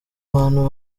bantu